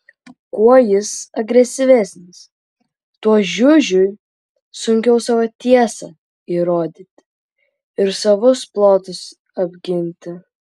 kuo jis agresyvesnis tuo žiužiui sunkiau savo tiesą įrodyti ir savus plotus apginti